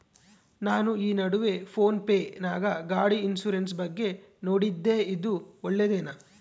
ನಾನು ಈ ನಡುವೆ ಫೋನ್ ಪೇ ನಾಗ ಗಾಡಿ ಇನ್ಸುರೆನ್ಸ್ ಬಗ್ಗೆ ನೋಡಿದ್ದೇ ಇದು ಒಳ್ಳೇದೇನಾ?